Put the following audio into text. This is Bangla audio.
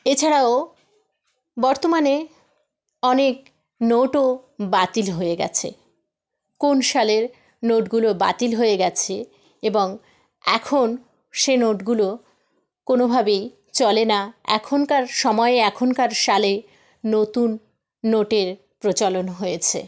এছাড়াও বর্তমানে অনেক নোটও বাতিল হয়ে গেছে কোন সালের নোটগুলো বাতিল হয়ে গেছে এবং এখন সে নোটগুলো কোনোভাবেই চলে না এখনকার সময়ে এখনকার সালে নতুন নোটের প্রচলন হয়েছে